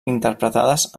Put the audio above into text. interpretades